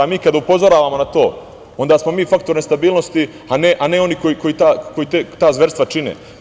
Mi kada upozoravamo na to onda smo mi faktor nestabilnosti, a ne oni koji ta zverstva čine.